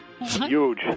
Huge